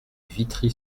vitry